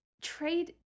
Trade